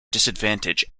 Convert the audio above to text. disadvantage